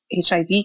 HIV